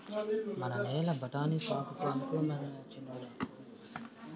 మన నేల బఠాని సాగుకు అనుకూలమైనా చిన్నోడా